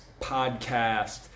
Podcast